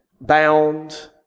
bound